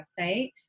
website